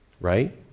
right